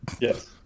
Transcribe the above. Yes